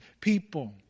people